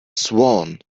swan